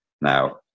now